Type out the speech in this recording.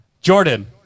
Jordan